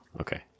okay